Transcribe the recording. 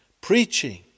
preaching